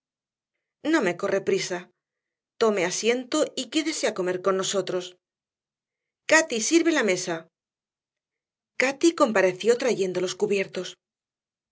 no me corre prisa tome asiento y quédese a comer con nosotros cati sirve la mesa cati compareció trayendo los cubiertos